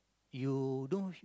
you do